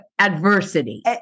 adversity